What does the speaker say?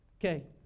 Okay